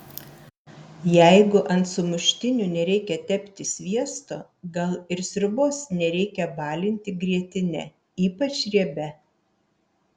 jeigu ant sumuštinių nereikia tepti sviesto gal ir sriubos nereikia balinti grietine ypač riebia